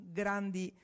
grandi